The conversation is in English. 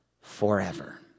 forever